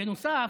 בנוסף,